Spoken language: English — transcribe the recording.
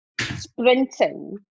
sprinting